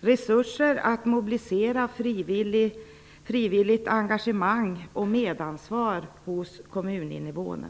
samt möjligheter att mobilisera frivilligt engagemang och medansvar hos kommuninnevånare.